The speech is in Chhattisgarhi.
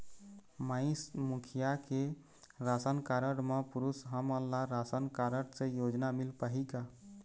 माई मुखिया के राशन कारड म पुरुष हमन ला राशन कारड से योजना मिल पाही का?